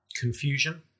confusion